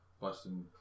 Busting